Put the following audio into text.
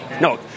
No